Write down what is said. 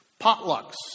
potlucks